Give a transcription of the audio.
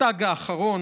התג האחרון,